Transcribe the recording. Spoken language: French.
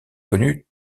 connu